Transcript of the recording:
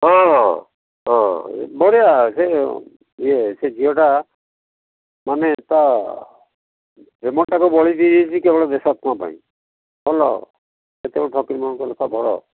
ହଁ ହଁ ହଁ ବଢ଼ିଆ ସେ ଇଏ ସେ ଝିଅଟା ମାନେ ତା' ପ୍ରେମଟାକୁ ବଳି ଦେଇ ଦେଇଛି କେବଳ ଦେଶାତ୍ମା ପାଇଁ ଭଲ ସେତେବେଳେ ଫକୀରମୋହନଙ୍କ ଲେଖା ଭଲ